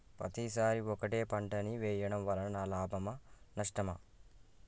పత్తి సరి ఒకటే పంట ని వేయడం వలన లాభమా నష్టమా?